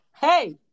Hey